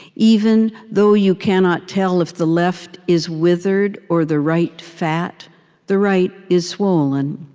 even though you cannot tell if the left is withered or the right fat the right is swollen.